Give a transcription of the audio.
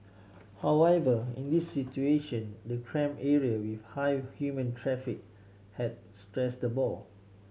however in this situation the cramped area with high human traffic had stressed the boar